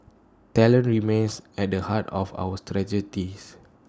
talent remains at the heart of our strategies